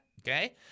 Okay